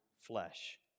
flesh